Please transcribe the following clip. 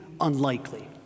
unlikely